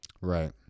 Right